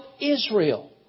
Israel